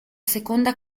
seconda